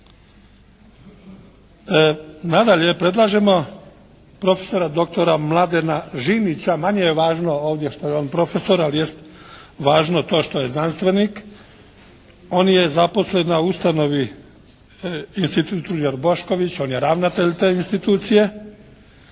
Nadalje predlaže profesora doktora Mladena Žimića. Manje je važno ovdje što je on profesor ali jest važno to što je znanstvenik. On je zaposlen na ustanovi Institut Ruđer Bošković. On je ravnatelj te institucije.